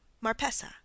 Marpessa